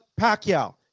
Pacquiao